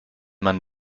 man